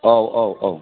औ औ औ